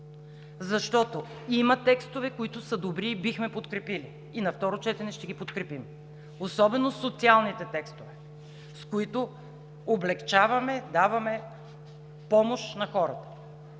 защото има текстове, които са добри и бихме подкрепили, и на второ четене ще ги подкрепим, особено социалните текстове, с които облекчаваме, даваме помощ на хората.